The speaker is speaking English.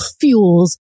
fuels